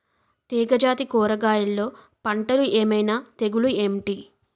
తీగ జాతి కూరగయల్లో పంటలు ఏమైన తెగులు ఏంటి?